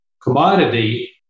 commodity